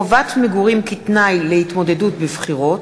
(חובת מגורים כתנאי להתמודדות בבחירות),